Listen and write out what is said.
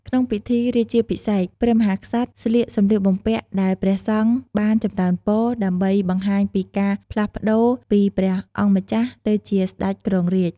ក្នុងពិធីរាជាភិសេក ព្រះមហាក្សត្រស្លៀកសំលៀកបំពាក់ដែលព្រះសង្ឃបានចម្រើនពរ ដើម្បីបង្ហាញពីការផ្លាស់ប្តូរពីព្រះអង្គម្ចាស់ទៅជាស្ដេចគ្រងរាជ្យ។